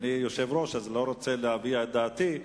אני יושב-ראש, ואני לא רוצה להביע את דעתי.